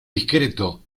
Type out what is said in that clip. discreto